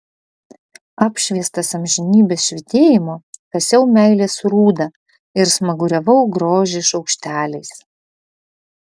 apšviestas amžinybės švytėjimo kasiau meilės rūdą ir smaguriavau grožį šaukšteliais